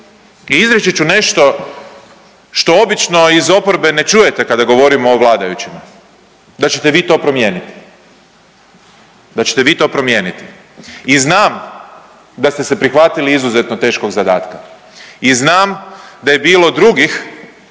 i izreći ću nešto što obično iz oporbe ne čujete kada govorimo o vladajućima, da ćete vi to promijeniti, da ćete vi to promijeniti i znam da ste se prihvatili izuzetno teškog zadatka i znam da je bilo drugih